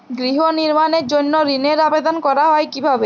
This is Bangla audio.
গৃহ নির্মাণের জন্য ঋণের আবেদন করা হয় কিভাবে?